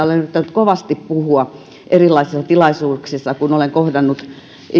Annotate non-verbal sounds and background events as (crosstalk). (unintelligible) olen yrittänyt kovasti puhua erilaisissa tilaisuuksissa kun olen kohdannut